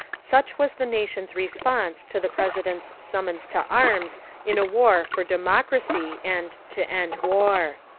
such was the nation's response to the president's summons to arms in a war for democracy and to end war.